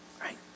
Right